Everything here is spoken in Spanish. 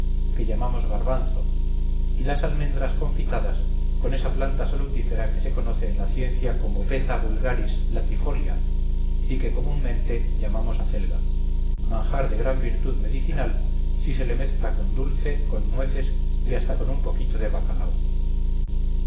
que llamamos garbanzo y las almendras confitadas con esa planta salutífera que se conoce en la ciencia por beta vulgaris latifolia y que comúnmente llamamos acelga manjar de gran virtud medicinal si se le mezcla con dulce con nueces y hasta con un poquito de bacalao